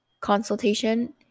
consultation